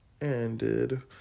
ended